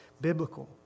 biblical